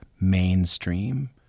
mainstream